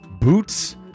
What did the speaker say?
Boots